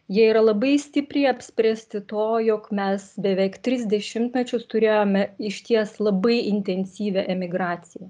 jie yra labai stipriai apspręsti to jog mes beveik tris dešimtmečius turėjome išties labai intensyvią emigraciją